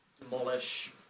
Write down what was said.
demolish